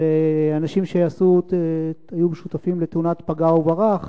על אנשים שהיו שותפים בתאונת פגע וברח,